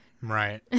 Right